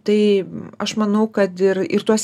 tai aš manau kad ir ir tuos